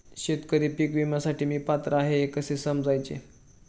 शेतकरी पीक विम्यासाठी मी पात्र आहे हे कसे समजायचे?